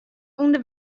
ûnder